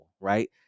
right